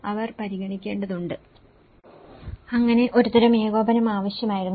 അങ്ങനെ ഒരുതരം ഏകോപനം ആവശ്യമായിരുന്നു